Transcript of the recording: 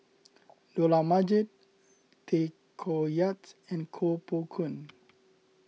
Dollah Majid Tay Koh Yat and Koh Poh Koon